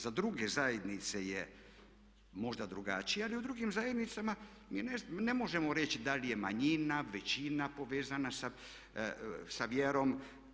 Za druge zajednice je možda drugačije, ali u drugim zajednicama ne možemo reći da li je manjina, većina povezana sa vjerom.